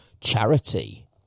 Charity